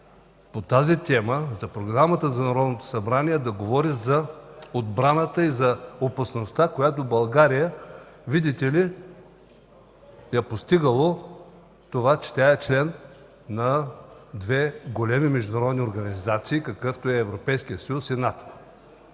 по темата за Програмата на Народното събрание, за отбраната и за опасността, която България, видите ли, я постигало за това, че тя е член на две големи международни организации, каквито са Европейският съюз и НАТО.